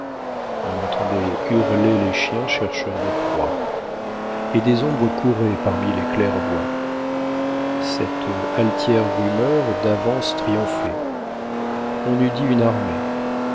on entendait hurler les chiens chercheurs de proies et des ombres couraient parmi les claires-voies cette altière rumeur d'avance triomphait on eût dit une armée